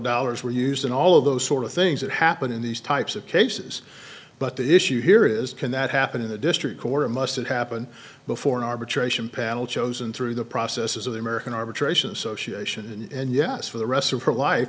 dollars were used and all of those sort of things that happen in these types of cases but the issue here is can that happen in the district court or must it happen before an arbitration panel chosen through the processes of the american arbitration association and yes for the rest of her life